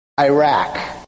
Iraq